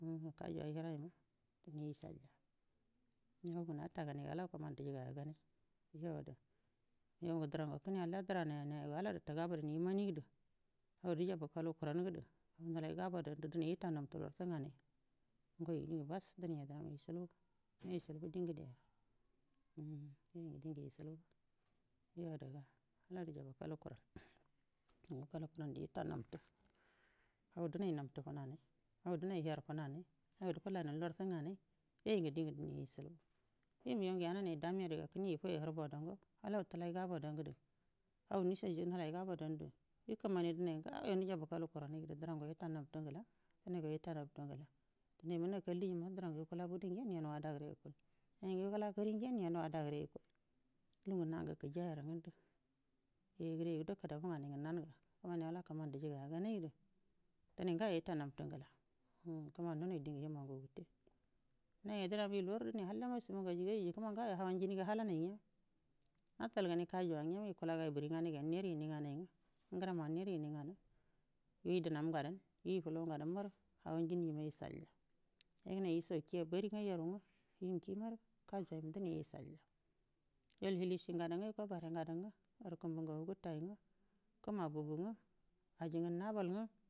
Um kajuwa hijra ima dine ishalya hau ngə nataganaiga ala hau kumani dijagaya ganai nigau ngu darango kəne hall migau ngu urango kəne halla duranaya naya yugo ala dutə gabodanəimanidu haw dibakalu kuranaidu nulai gabodanə gudu dunaigo ita nabtu lartu nganai ngai ngu dingə bass dunai yadənma ishilbu nya ishilbu di ngədeya umm yoyu ngu dingu ishilbu yo adaga ada dibakalu ku ranə dibakalu kurandu ita nabtu hau dunai nabtu hau dunai abtu funanai hau dunai herə funanai hau dufullainai lartu nganau yoyu ngu dingu dine ishilbu yo migan ngu yananai damaduga kəne ifoiya hurbudango ata hau tulai gabodandu hau nushaju hilai gabadandu ikəmanai dinai ngayo njabakalu kurranaidu drango ita nabtu ngala dunaigra nakalli imaru nakalli imarə drangu yukula budu ngenə yanə wada gəre yukul dinai ngu yakula kəri ngenə yanə wada gəre yukul lugu ngu nangu kəjiyaru ngundu yeyigəre yudo kədabu rganai ngu nanəga kəmani dijigaya ganaidu duwai ngaga ha nabtu ngla umm kəmani dingə hima ngu gətta kəne dramma yuluwaru dire hall mashiba ngu ajigaiyu jikə ma ngayo hawanjini ga halanai nya yafal ganaɨ kajuwa ngama yukula gayi buri nganaiga yaneru ini nganai nga grau anneru inin ngaru yuui dahuw ngadnə yului fuli ngadanal marə hawanjini ima ishalya yagənai iso ki a bari nga yaru nga him ki marə kajuwa yima dine ishalya yol hili si ngadau nga iko bare ngadan nga garu kumbu ngagu gətai nga kuma bugu nga ajingu naba nga.